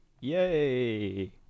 Yay